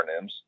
acronyms